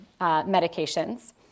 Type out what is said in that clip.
medications